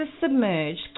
submerged